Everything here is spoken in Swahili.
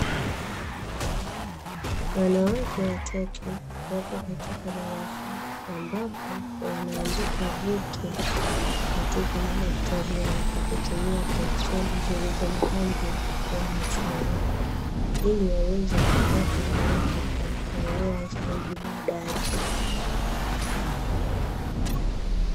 Wanawake watatu wapo katika darasa, ambapo wanaandika vitu katika madaftari yao kwa kutumia penseli zilizo na rangi ya machungwa, ili waweze kupata muafaka wa kuolewa zaidi baadaye.